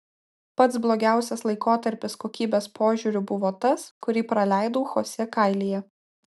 pats blogiausias laikotarpis kokybės požiūriu buvo tas kurį praleidau chosė kailyje